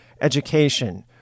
education